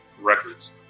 records